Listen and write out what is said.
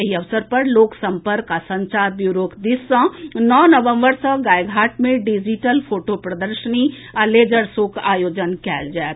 एहि अवसर पर लोक सम्पर्क आ संचार ब्यूरोक दिस सँ नओ नवम्बर सँ गायघाट मे डिजिटल फोटो प्रदर्शनी आ लेजर शो के आयोजन कयल जायत